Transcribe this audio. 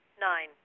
Nine